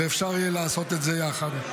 ואפשר יהיה לעשות את זה יחד.